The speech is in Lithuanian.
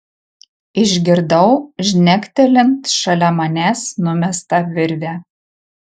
išgirdau žnektelint šalia manęs numestą virvę